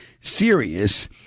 serious